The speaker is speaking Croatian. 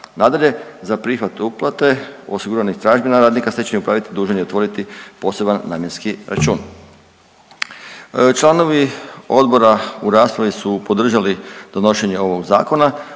Nadalje, za prihvat uplate osiguranih tražbina radnika, stečajni upravitelj dužan je otvoriti poseban namjenski račun. Članovi Odbora u raspravi su podržali donošenje ovog Zakona,